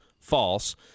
False